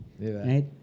Right